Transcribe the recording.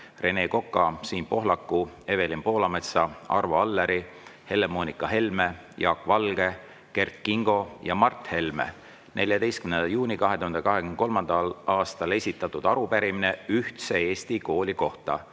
Rene Koka, Siim Pohlaku, Evelin Poolametsa, Arvo Alleri, Helle-Moonika Helme, Jaak Valge, Kert Kingo ja Mart Helme 14. juunil 2023. aastal esitatud arupärimine ühtse eesti kooli kohta.